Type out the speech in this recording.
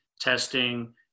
testing